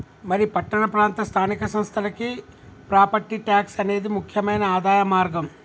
మరి పట్టణ ప్రాంత స్థానిక సంస్థలకి ప్రాపట్టి ట్యాక్స్ అనేది ముక్యమైన ఆదాయ మార్గం